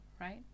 right